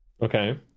Okay